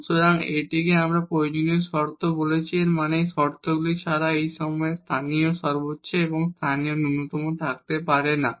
সুতরাং এটিকে আমরা প্রয়োজনীয় শর্ত বলছি এর মানে হল এই শর্তগুলি ছাড়া আমরা এই সময়ে লোকাল ম্যাক্সিমা এবং লোকাল মিনিমা থাকতে পারে না